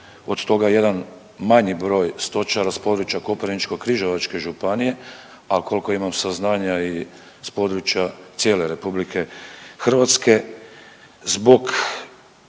od toga jedan manji broj stočara s područja Koprivničko-križevačke županije, a koliko imam saznanja i s područja cijele RH zbog kako